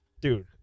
dude